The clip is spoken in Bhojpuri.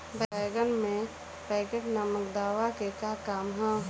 बैंगन में पॉकेट नामक दवा के का काम ह?